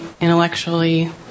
intellectually